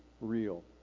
real